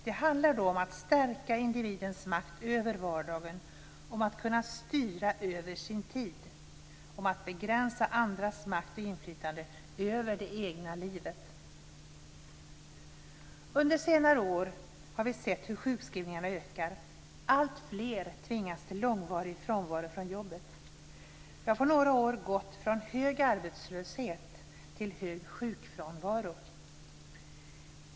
Det handlar då om att stärka individens makt över vardagen, om att kunna styra över sin tid, om att begränsa andras makt och inflytande över det egna livet. Under senare år har vi sett hur sjukskrivningarna ökar, alltfler tvingas till långvarig frånvaro från jobbet. Vi har på några år gått från hög arbetslöshet till hög sjukfrånvaro.